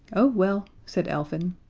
oh, well, said elfin,